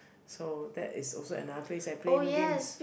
so that is also another place that I'm playing games